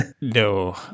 No